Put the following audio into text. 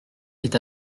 est